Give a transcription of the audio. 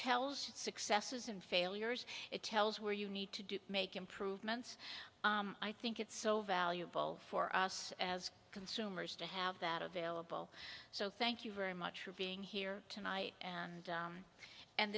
tells successes and failures it tells where you need to do make improvements i think it's so valuable for us as consumers to have that available so thank you very much for being here tonight and